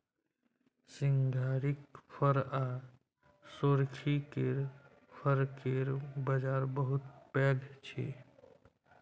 सिंघारिक फर आ सोरखी केर फर केर बजार बहुत पैघ छै